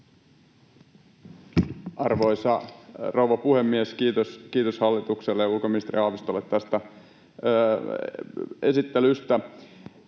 Arvoisa rouva puhemies! Kiitos hallitukselle ja ulkoministeri Haavistolle tästä esittelystä.